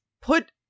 put